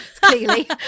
clearly